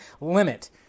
limit